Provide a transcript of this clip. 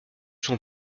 son